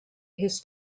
his